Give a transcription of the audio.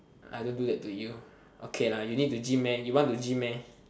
I don't do that to you okay lah you need to gym meh you want to gym meh